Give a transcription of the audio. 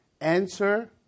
answer